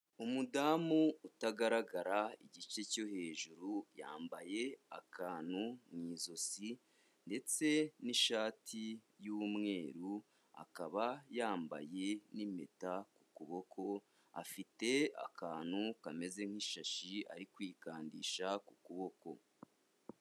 Umudamu utagaragara igice cyo hejuru yambaye akantu mu ijosi ndetse n'ishati y'umweru, akaba yambaye n'impeta ku kuboko, afite akantu kameze nk'ishashi ari kwikandisha ku kuboko.